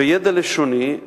ידע לשוני,